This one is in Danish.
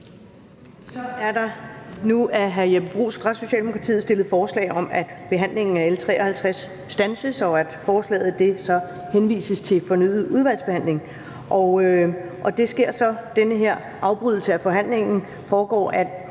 Der er nu af hr. Jeppe Bruus fra Socialdemokratiet stillet forslag om, at behandlingen af L 53 standses, og at forslaget henvises til fornyet behandling i udvalget, og den her afbrydelse af forhandlingen foregår på